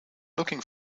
looking